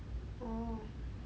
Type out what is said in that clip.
oh